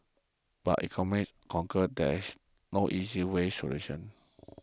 but economists concur dash no easy way solution